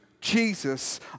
Jesus